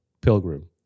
Pilgrim